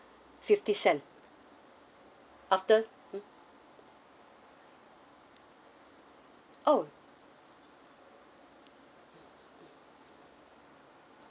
fifty cent after mm oh